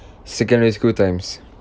secondary school times